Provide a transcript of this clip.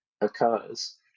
occurs